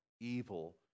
evil